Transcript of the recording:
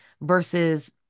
versus